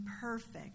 perfect